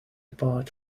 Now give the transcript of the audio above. apart